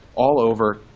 all over,